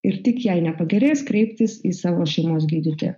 ir tik jei nepagerės kreiptis į savo šeimos gydytoją